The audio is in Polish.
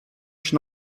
się